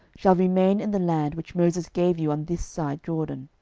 shall remain in the land which moses gave you on this side jordan